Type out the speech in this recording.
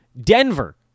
Denver